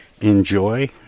enjoy